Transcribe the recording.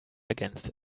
against